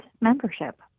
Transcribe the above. membership